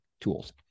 tools